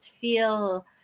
Feel